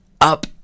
up